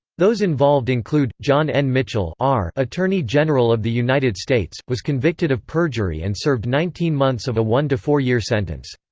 those involved include john n. mitchell attorney general of the united states, was convicted of perjury and served nineteen months of a one to four-year sentence.